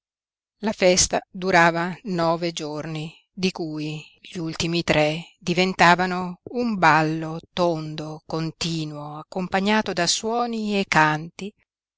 la festa durava nove giorni di cui gli ultimi tre diventavano un ballo tondo continuo accompagnato da suoni e canti